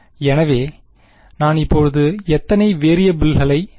எனவேநான் இப்போது எத்தனை வேரியபிள் களை சொல்ல முடியும்